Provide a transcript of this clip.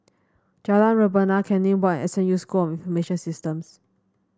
Jalan Rebana Canning Walk and S N U School of Information Systems